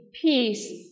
Peace